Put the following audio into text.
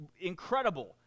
incredible